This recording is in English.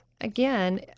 Again